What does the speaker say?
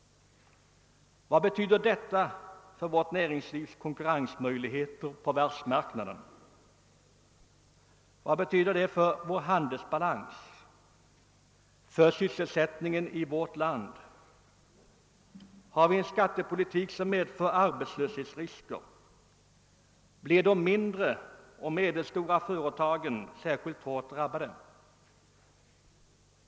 Vad betyder detta för vårt näringslivs konkurrensmöjligheter på världsmarknaden? Vad betyder det för vår handelsbalans och för sysselsättningen i vårt land? Förs det en skattepolitik som medför arbetslöshetsrisker, blir de mindre och medelstora företagen särskilt hårt drabbade.